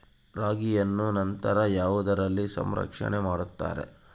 ರಾಗಿಯನ್ನು ನಂತರ ಯಾವುದರಲ್ಲಿ ಸಂರಕ್ಷಣೆ ಮಾಡುತ್ತಾರೆ?